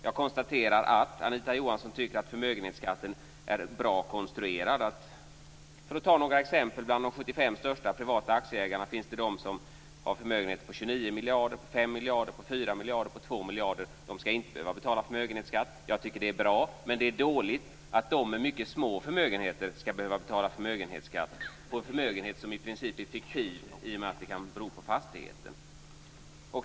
Jag konstaterar att Anita Johansson tycker att förmögenhetsskatten är bra konstruerad. För att ta några exempel bland de 75 största privata aktieägarna finns det de som har förmögenheter på 29 miljarder, på 5 miljarder, på 4 miljarder, på 2 miljarder. De skall inte behöva betala förmögenhetsskatt. Jag tycker att det är bra. Men det är dåligt att de med mycket små förmögenheter skall behöva betala förmögenhetsskatt på en förmögenhet som i princip är fiktiv i och med att den kan bero på en fastighet.